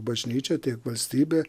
bažnyčia tiek valstybė